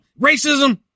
Racism